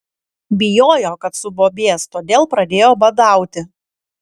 bijojo kad subobės todėl pradėjo badauti